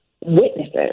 witnesses